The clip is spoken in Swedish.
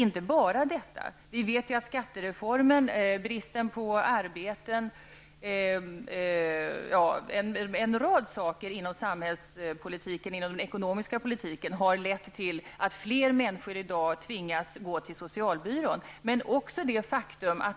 Men vi vet ju att också en rad faktorer inom den ekonomiska politiken, såsom skattereformen och bristen på arbeten, har gjort att fler människor i dag tvingas gå till socialbyrån.